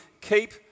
keep